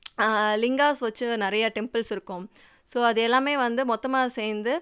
லிங்காஸ் வச்சு நிறைய டெம்பிள்ஸ் இருக்கும் ஸோ அது எல்லாமே வந்து மொத்தமாக சேர்ந்து